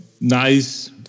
nice